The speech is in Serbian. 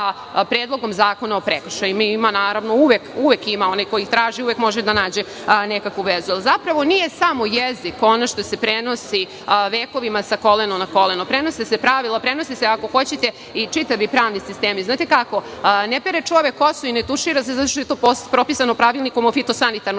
Predlogom zakona o prekršajima. Ima, naravno, uvek ima. Oni koji traže, uvek mogu da nađu neku vezu. Zapravo, nije samo jezik ono što se prenosi vekovima sa kolena na koleno. Prenose se pravila, prenose se, ako hoćete, i čitavi pravni sistemi. Ne pere čovek kosu i ne tušira se zato što je to propisano pravilnikom o fitosanitarnoj